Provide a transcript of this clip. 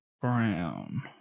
Brown